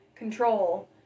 control